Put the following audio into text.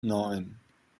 neun